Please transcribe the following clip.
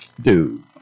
Dude